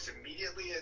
immediately